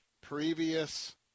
previous